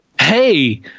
Hey